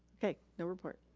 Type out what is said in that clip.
okay, no report.